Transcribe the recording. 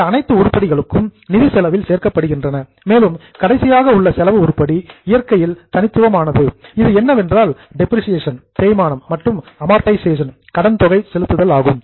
இந்த அனைத்து உருப்படிகளும் நிதி செலவில் சேர்க்கப்படுகின்றன மேலும் கடைசியாக உள்ள செலவு உருப்படி இயற்கையில் தனித்துவமானது இது என்னவென்றால் டெப்ரிசியேசன் தேய்மானம் மற்றும் அம்மார்ட்டைசேஷன் கடன் தொகை செலுத்துதல் ஆகும்